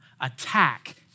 attack